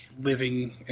living